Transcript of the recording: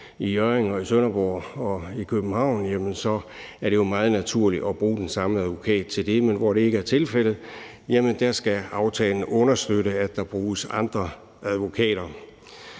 i Hjørring, Sønderborg og København, er det meget naturligt at bruge den samme advokat, men hvor det ikke er tilfældet, skal aftalen understøtte, at der bruges andre advokater.